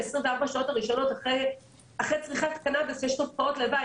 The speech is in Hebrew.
ב-24 שעות הראשונות אחרי צריכת הקנאביס יש תופעות לוואי,